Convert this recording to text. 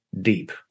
deep